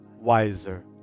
wiser